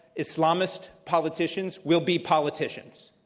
islamist politicians will be politicians,